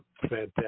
fantastic